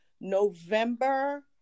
November